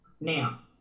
Now